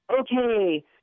Okay